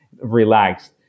relaxed